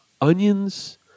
onions